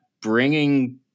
bringing